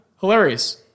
Hilarious